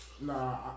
nah